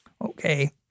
Okay